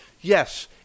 Yes